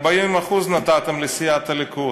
40% נתתם לסיעת הליכוד.